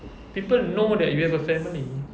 people know that you have a family